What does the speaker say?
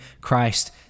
Christ